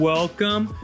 Welcome